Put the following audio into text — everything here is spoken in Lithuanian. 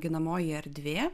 ginamoji erdvė